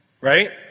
Right